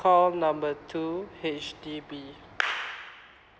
call number two H_D_B